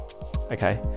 okay